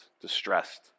distressed